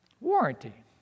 Warranty